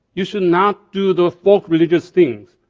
you should not do the folk religious thing,